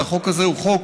והחוק הזה הוא חוק